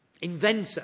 inventor